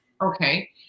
Okay